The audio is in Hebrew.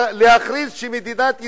להכריז שמדינת ישראל,